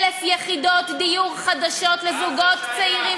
1,000 יחידות דיור חדשות לזוגות צעירים,